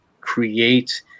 create